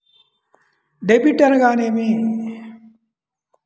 Debit అనగానేమి?